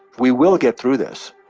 we will get through this.